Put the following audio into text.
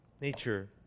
nature